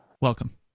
Welcome